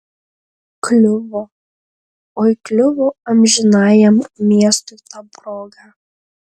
kliuvo oi kliuvo amžinajam miestui ta proga